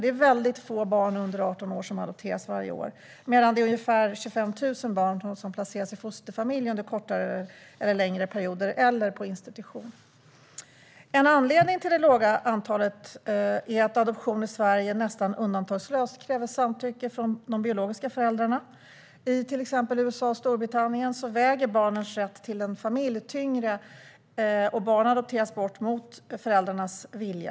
Det är väldigt få barn under 18 år som adopteras varje år medan det är ungefär 25 000 barn som placeras i fosterfamilj under kortare eller längre perioder eller på institution. En anledning till det låga antalet är att adoption i Sverige nästan undantagslöst kräver samtycke från de biologiska föräldrarna. I till exempel USA och Storbritannien väger barnens rätt till en familj tyngre, och barn adopteras bort mot föräldrarnas vilja.